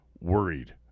worried